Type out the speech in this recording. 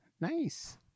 nice